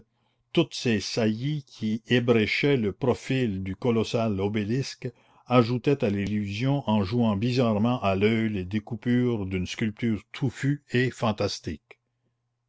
toutes ces saillies qui ébréchaient le profil du colossal obélisque ajoutaient à l'illusion en jouant bizarrement à l'oeil les découpures d'une sculpture touffue et fantastique